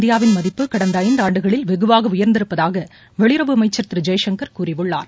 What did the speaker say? இந்தியாவின் மதிப்பு கடந்தஐந்துஆண்டுகளில் வெகுவாகஉயர்ந்திருப்பதாகவெளியுறவு அமைச்சர் திருஜெயசங்கர் கூறியுள்ளார்